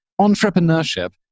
entrepreneurship